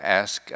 ask